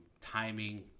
timing